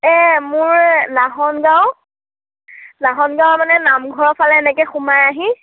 এই মোৰ লাহন গাঁও লাহন গাঁৱৰ নামঘৰৰ ফালে এনেকৈ সোমাই আহি